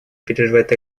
переживает